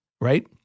right